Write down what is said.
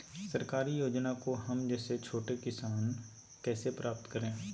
सरकारी योजना को हम जैसे छोटे किसान कैसे प्राप्त करें?